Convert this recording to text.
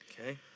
Okay